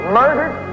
murdered